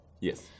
Yes